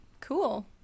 Cool